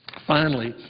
finally,